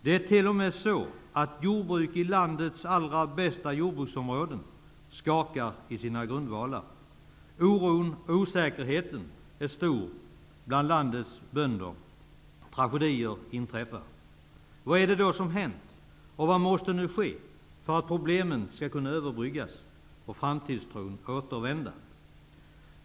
Det är t.o.m. så att jordbruk i landets allra främsta jordbruksområden skakar i sina grundvalar. Oron och osäkerheten är stor bland landets bönder. Tragedier inträffar. Vad är det som har hänt och vad måste nu ske för att problemen skall kunna överbryggas och för att framtidstron skall kunna återvända?